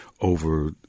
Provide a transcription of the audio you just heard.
over